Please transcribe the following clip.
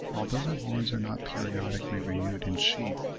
although the horns are not periodically renewed in sheep,